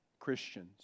Christians